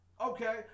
Okay